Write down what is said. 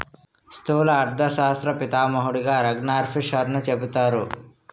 స్థూల అర్థశాస్త్ర పితామహుడుగా రగ్నార్ఫిషర్ను చెబుతారు